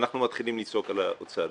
שאנחנו מתחילים לצעוק על האוצר.